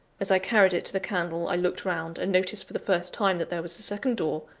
as i carried it to the candle, i looked round, and noticed for the first time that there was a second door,